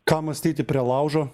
ką mąstyti prie laužo